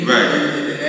Right